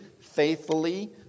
faithfully